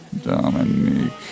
Dominique